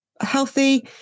healthy